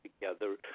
together